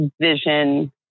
vision